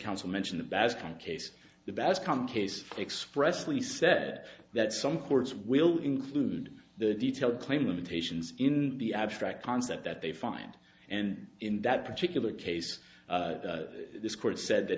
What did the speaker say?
counsel mention the basket case the best common case expressly said that some courts will include the detailed claim limitations in the abstract concept that they find and in that particular case this court said that